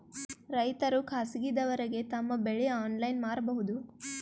ರೈತರು ಖಾಸಗಿದವರಗೆ ತಮ್ಮ ಬೆಳಿ ಆನ್ಲೈನ್ ಮಾರಬಹುದು?